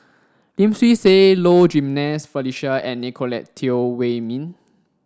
Lim Swee Say Low Jimenez Felicia and Nicolette Teo Wei min